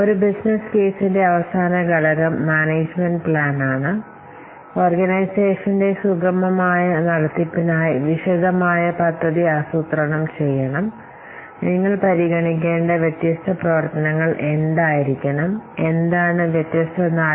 management പദ്ധതിയിലെ അവസാന ഉള്ളടക്കം അല്ലെങ്കിൽ അവസാന ഘടകം ഓർഗനൈസേഷന്റെ സുഗമമായ നടത്തിപ്പിനായി വിശദമായ പദ്ധതി ആസൂത്രണം ചെയ്യണം നിങ്ങൾ പരിഗണിക്കേണ്ട വ്യത്യസ്ത പ്രവർത്തനങ്ങൾ എന്തായിരിക്കണം എന്താണ് വ്യത്യസ്ത നാഴികക്കല്ലുകൾ തുടങ്ങിയവ